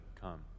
come